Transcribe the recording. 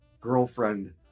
girlfriend